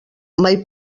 mai